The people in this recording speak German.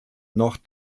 noch